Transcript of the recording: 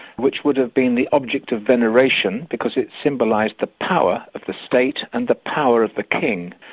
which would have been the object of veneration because it symbolised the power of the state and the power of the king.